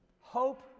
Hope